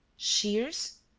shears?